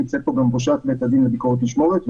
נמצאת פה גם ראשת בית הדין לביקורת משמורת,